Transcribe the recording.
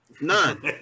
None